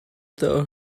tell